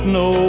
no